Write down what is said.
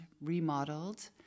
remodeled